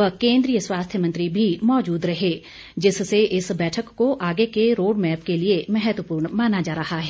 व केन्द्रीय स्वास्थ्य मंत्री भी मौजूद रहे जिससे इस बैठक को आगे के रोडमैप के लिए महत्वपूर्ण माना जा रहा है